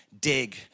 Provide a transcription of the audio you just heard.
dig